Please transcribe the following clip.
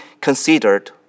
considered